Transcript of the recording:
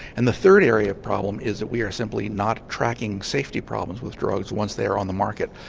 and the third area of problem is that we are simply not tracking safety problems with drugs once they're on the market.